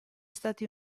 stati